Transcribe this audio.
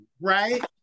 right